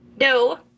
No